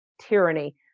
tyranny